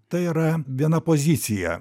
tai yra viena pozicija